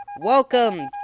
Welcome